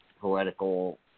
poetical